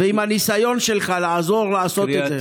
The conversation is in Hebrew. ועם הניסיון שלך לעזור לעשות את זה.